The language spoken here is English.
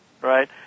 right